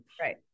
Right